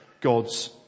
God's